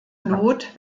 not